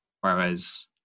Whereas